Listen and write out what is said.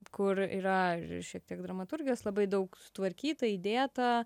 kur yra šiek tiek dramaturgijos labai daug sutvarkyta įdėta